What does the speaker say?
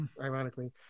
ironically